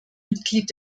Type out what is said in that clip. mitglied